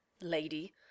Lady